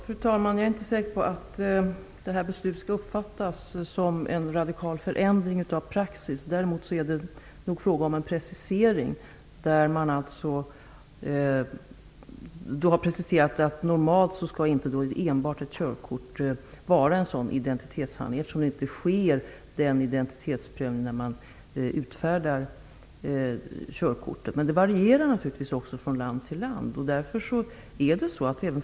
Fru talman! Jag är inte säker på att det här beslutet skall uppfattas som en radikal förändring av praxis. Däremot är det fråga om en precisering. Man har alltså preciserat att enbart ett körkort normalt sett inte skall vara en identitetshandling, eftersom det inte sker identitetsprövning när körkort utfärdas. Det varierar naturligtvis från land till land.